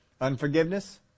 Unforgiveness